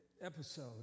episode